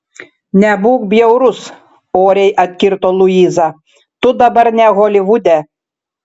nebūk bjaurus oriai atkirto luiza tu dabar ne holivude